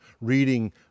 reading